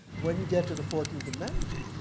when you get to the fourteenth amendment,